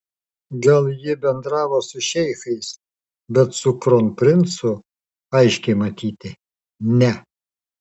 gal ji bendravo su šeichais bet su kronprincu aiškiai matyti ne